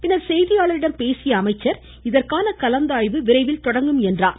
பின்னர் செய்தியாளர்களிடம் பேசிய அமைச்சர் இதற்கான கலந்தாய்வு விரைவில் தொடங்கும் என்றார்